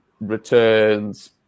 returns